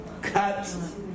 cut